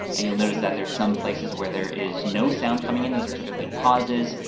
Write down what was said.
and you'll notice that there's some places where there is no sound coming in, those are typically pauses,